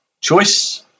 choice